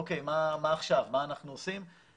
אוקיי, מה אנחנו עושים עכשיו?